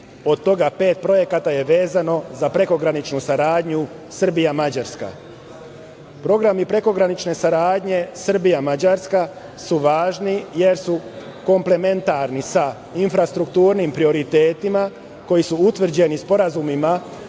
od toga pet projekata je vezano za prekograničnu saradnju Srbija-Mađarska. Programi prekogranične saradnje Srbija-Mađarska su važni jer su komplementarni sa infrastrukturnim prioritetima koji su utvrđeni sporazumima,